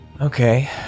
Okay